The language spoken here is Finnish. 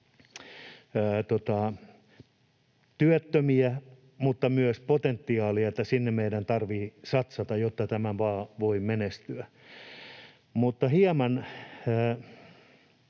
työttömiä, mutta myös potentiaalia, niin että sinne meidän tarvitsee satsata, jotta tämä maa voi menestyä. Tämä meidän